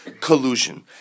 collusion